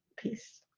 peace